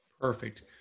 Perfect